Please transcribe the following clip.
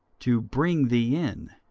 to bring thee in,